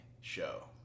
show